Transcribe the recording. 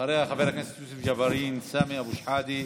אחריה, חברי הכנסת יוסף ג'בארין, סמי אבו שחאדה,